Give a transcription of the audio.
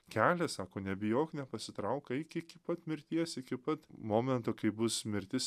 kelias sako nebijok nepasitrauk eik iki pat mirties iki pat momento kai bus mirtis